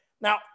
Now